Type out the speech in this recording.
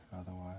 Otherwise